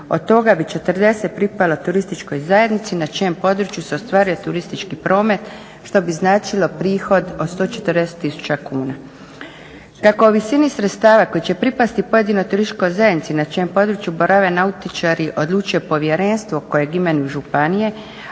od toga bi 40 pripalo turističkoj zajednici na čijem području se ostvaruje turistički promet što bi značilo prihod od 140 000 kuna. Kako o visini sredstava koja će pripasti pojedinoj turističkoj zajednici na čijem području borave nautičari odlučuje povjerenstvo kojeg imenuje županije,